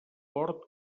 port